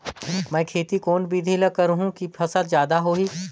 मै खेती कोन बिधी ल करहु कि फसल जादा होही